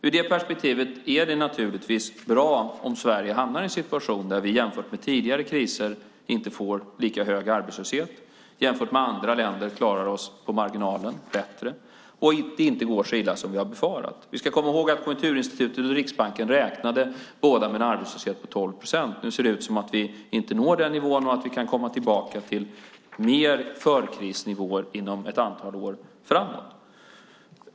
I det perspektivet är det naturligtvis bra om Sverige hamnar i en situation där vi jämfört med tidigare kriser inte får lika hög arbetslöshet, jämfört med andra länder klarar oss på marginalen bättre och att det inte går så illa som vi har befarat. Vi ska komma ihåg att Konjunkturinstitutet och Riksbanken båda räknade med en arbetslöshet på 12 procent. Nu ser det ut som att vi inte når den nivån utan att vi kan komma tillbaka till förkrisnivåer inom ett antal år framåt.